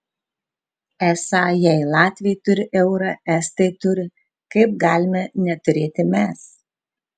esą jei latviai turi eurą estai turi kaip galime neturėti mes